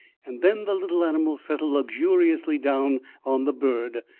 and then the little animal settled luxuriously down on the bird,